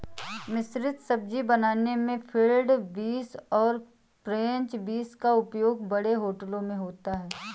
मिश्रित सब्जी बनाने में फील्ड बींस और फ्रेंच बींस का उपयोग बड़े होटलों में होता है